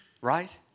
Right